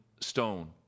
stone